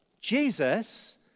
Jesus